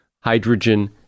hydrogen